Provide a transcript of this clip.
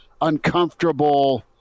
uncomfortable